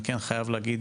אני כן חייב להגיד